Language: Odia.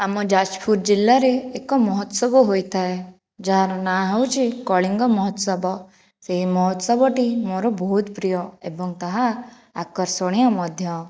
ଆମ ଯାଜପୁର ଜିଲ୍ଲାରେ ଏକ ମହୋତ୍ସବ ହୋଇଥାଏ ଯାହାର ନାଁ ହେଉଛି କଳିଙ୍ଗ ମହୋତ୍ସବ ସେହି ମହୋତ୍ସବଟି ମୋର ବହୁତ ପ୍ରିୟ ଏବଂ ତାହା ଆକର୍ଷଣୀୟ ମଧ୍ୟ